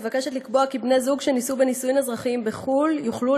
מוצע לקבוע כי בני זוג שנישאו בנישואין אזרחיים בחו"ל יוכלו